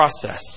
process